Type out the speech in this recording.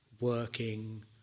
working